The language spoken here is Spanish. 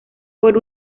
por